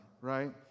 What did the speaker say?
right